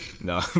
No